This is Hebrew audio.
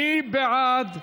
מי בעד?